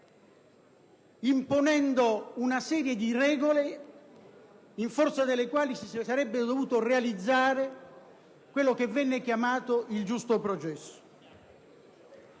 imponendo una serie di regole in forza delle quali si sarebbe dovuto realizzare quello che venne chiamato il giusto processo.